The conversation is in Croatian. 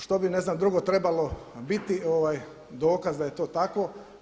Što bi ne znam drugo trebalo biti dokaz da je to tako?